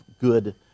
good